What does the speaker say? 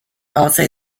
also